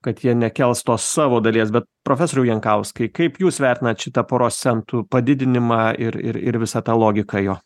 kad jie nekels tos savo dalies bet profesoriau jankauskai kaip jūs vertinat šitą poros centų padidinimą ir ir ir visą tą logiką jo